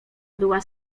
była